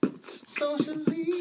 Socially